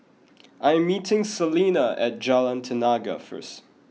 I am meeting Selina at Jalan Tenaga first